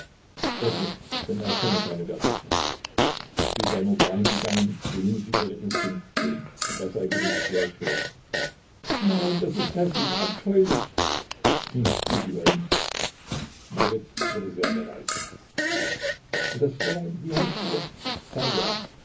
das nicht denn er kenne keine wertschätzung sie sei nur dahin gegangen wohin sie ihre instinkte zogen und das sei gewiß sehr schön nein das ist häßlich abscheulich hm wie sie wollen marit wurde sehr gereizt und das fräulein wie heißt sie doch